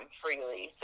freely